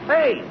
Hey